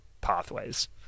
pathways